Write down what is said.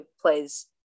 plays